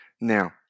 Now